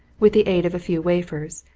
with the aid of a few wafers,